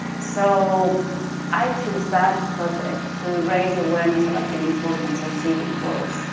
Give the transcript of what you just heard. so i choose that project to raise awareness about the importance of seaweed forests.